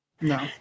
No